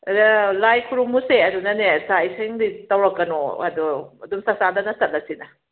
ꯂꯥꯏ ꯈꯨꯔꯨꯝꯃꯨꯁꯦ ꯑꯗꯨꯅꯅꯦ ꯆꯥꯛ ꯏꯁꯤꯡꯗꯤ ꯇꯧꯔꯛꯀꯅꯣ ꯑꯗꯣ ꯑꯗꯨꯝ ꯆꯥꯥꯛ ꯆꯥꯗꯅ ꯆꯠꯂꯁꯤꯅ